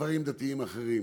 בדברים דתיים אחרים.